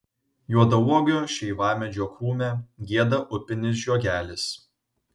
juodauogio šeivamedžio krūme gieda upinis žiogelis